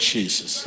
Jesus